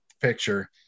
picture